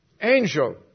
angel